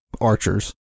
archers